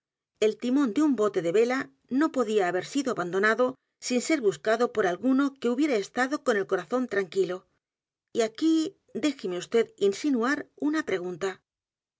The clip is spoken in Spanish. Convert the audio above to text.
el timón de un bote de vela no podía haber sido abandonado sin ser buscado por alguno que hubiera estado con el corazón tranquilo y aquí déjeme vd insinuar una p